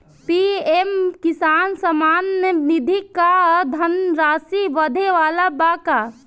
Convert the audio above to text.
PM Kisan Samman Nidhi क धनराशि बढ़े वाला बा का?